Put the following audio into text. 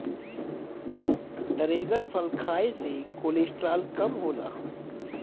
dragon फल खाए से कोलेस्ट्राल कम होला